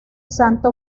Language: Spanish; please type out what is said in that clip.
santo